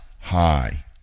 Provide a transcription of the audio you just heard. high